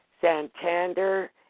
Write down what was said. Santander